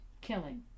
killing